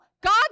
God